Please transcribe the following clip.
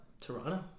Toronto